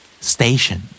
Station